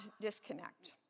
disconnect